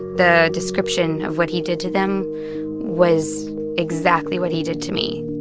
the description of what he did to them was exactly what he did to me